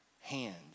hands